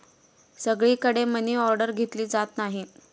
सगळीकडे मनीऑर्डर घेतली जात नाही